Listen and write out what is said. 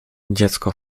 dziecko